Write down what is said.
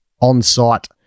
on-site